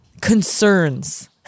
concerns